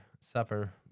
supper